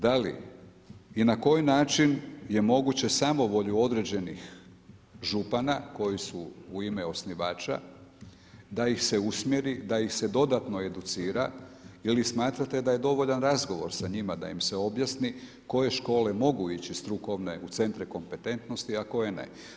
Da li i na koji način je moguće samovolju određenih župana koji su u ime osnivača, da ih se usmjeri, da ih se dodatno educira ili smatrate da je dovoljan razgovor sa njima da im se objasni koje škole mogu ići strukovne u centre kompetentnosti a koje ne.